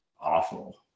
awful